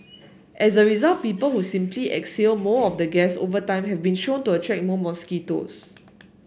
as a result people who simply exhale more of the gas over time have been shown to attract more mosquitoes